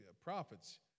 prophets